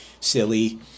silly